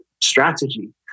strategy